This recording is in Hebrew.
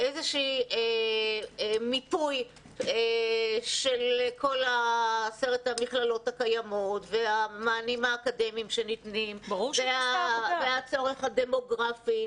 מיפוי של כל המכללות הקיימות והמענים האקדמיים שניתנים והצורך הדמוגרפי.